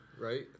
right